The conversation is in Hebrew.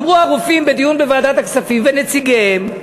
אמרו הרופאים בדיון בוועדת הכספים, ונציגיהם,